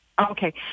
Okay